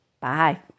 Bye